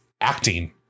acting